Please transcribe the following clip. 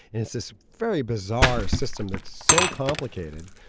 it's this very bizarre system that's so complicated.